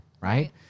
right